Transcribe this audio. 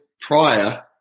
prior